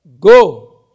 go